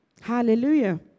Hallelujah